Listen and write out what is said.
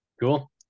Cool